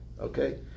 okay